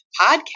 podcast